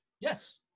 Yes